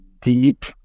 deep